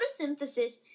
photosynthesis